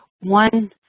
one